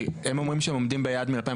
כי הם אומרים שהם עומדים ביעד מ- 2015,